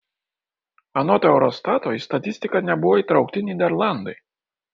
anot eurostato į statistiką nebuvo įtraukti nyderlandai